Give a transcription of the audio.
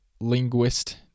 linguist